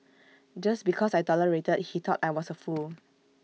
just because I tolerated he thought I was A fool